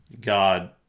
God